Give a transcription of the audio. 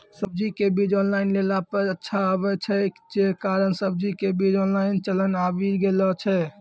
सब्जी के बीज ऑनलाइन लेला पे अच्छा आवे छै, जे कारण सब्जी के बीज ऑनलाइन चलन आवी गेलौ छै?